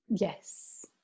Yes